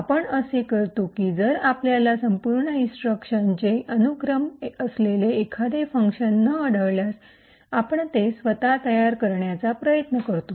आपण असे करतो की जर आपल्याला संपूर्ण इन्स्ट्रक्शनचे अनुक्रम असलेले एखादे फंक्शन न आढळल्यास आपण ते स्वतः तयार करण्याचा प्रयत्न करतो